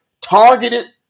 targeted